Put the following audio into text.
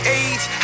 age